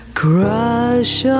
crush